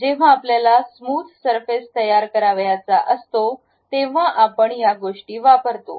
जेव्हा आपल्याला smooth surface तयार करावयाचा असतो तेव्हा आपण या गोष्टी वापरतो